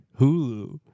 Hulu